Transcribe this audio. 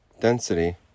density